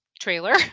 trailer